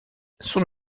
son